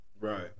Right